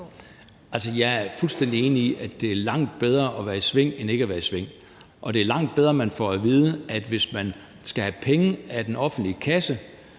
Jeg er fuldstændig enig i, at det er langt bedre at være i sving end ikke at være i sving, og det er langt bedre, at man får at vide, at hvis man skal have penge af den offentlige kasse,